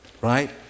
right